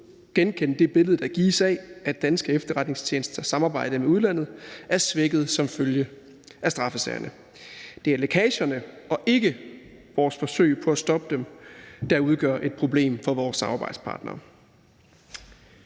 genkende det billede, der gives af, at danske efterretningstjenesters samarbejde med udlandet er svækket som følge af straffesagerne ... Det er lækagerne - og ikke vores forsøg på at stoppe dem - der udgør et problem for vores samarbejdspartnere.«